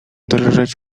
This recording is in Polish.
drżeć